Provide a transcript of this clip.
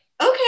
okay